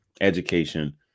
education